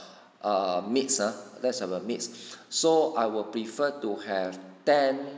uh mix ah lets have a mix so I will prefer to have ten